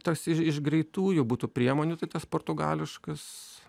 toks ir iš greitųjų butų priemonių tai tas portugališkas